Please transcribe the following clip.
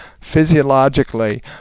physiologically